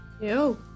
Yo